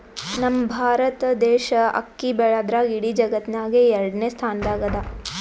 ನಮ್ ಭಾರತ್ ದೇಶ್ ಅಕ್ಕಿ ಬೆಳ್ಯಾದ್ರ್ದಾಗ್ ಇಡೀ ಜಗತ್ತ್ನಾಗೆ ಎರಡನೇ ಸ್ತಾನ್ದಾಗ್ ಅದಾ